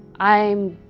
i'm,